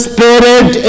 Spirit